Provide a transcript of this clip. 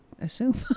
assume